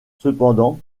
cependant